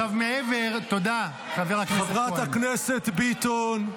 חבר הכנסת כהן.